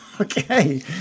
Okay